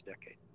decade